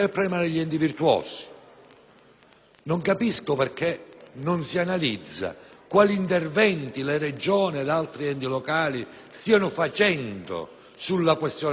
Non capisco perché non si analizza quali interventi le Regioni ed altri enti locali stiano realizzando sulla questione dell'emergenza casa.